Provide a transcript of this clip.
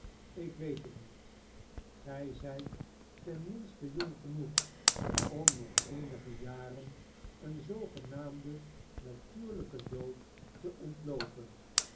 ik weet het niet gij zijt ten minste jong genoeg om nog eenige jaren een zoogenaamden natuurlijken dood te ontloopen